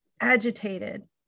agitated